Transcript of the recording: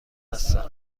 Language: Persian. هستم